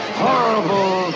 horrible